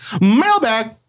Mailbag